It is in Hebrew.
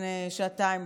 לפני שעתיים,